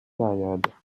périodes